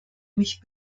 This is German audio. mich